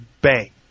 bank